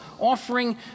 offering